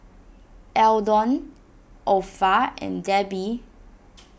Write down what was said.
Eldon Orpha and Debi